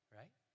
right